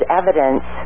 evidence